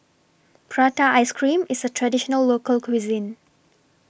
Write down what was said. Prata Ice Cream IS A Traditional Local Cuisine